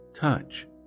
touch